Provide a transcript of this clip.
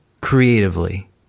creatively